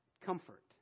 comfort